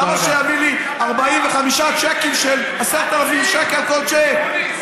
למה שיביא לי 45 צ'קים של 10,000 שקל כל צ'ק?